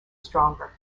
stronger